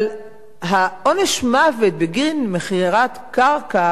אבל עונש המוות בגין מכירת קרקע